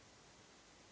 Hvala.